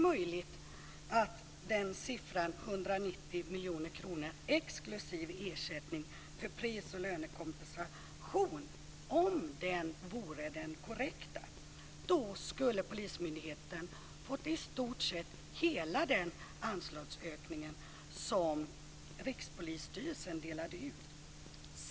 Om siffran 190 miljoner exklusive ersättning för pris och lönekompensation vore den korrekta skulle polismyndigheten ha fått i stort sett hela den anslagsökning som Rikspolisstyrelsen delade ut.